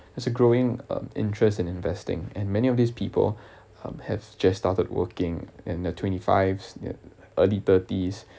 there's a growing um interest in investing and many of these people have just started working and they're twenty fives their early thirties